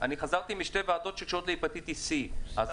חזרתי משתי ועדות שקשורות להפטטיסC ,